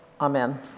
amen